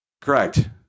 Correct